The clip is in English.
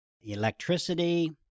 electricity